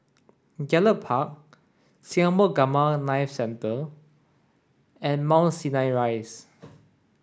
Gallop Park Singapore Gamma Knife Centre and Mount Sinai Rise